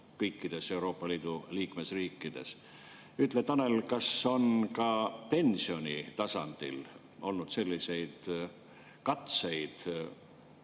kõikides Euroopa Liidu liikmesriikides. Ütle, Tanel, kas on ka pensionitasandil olnud katseid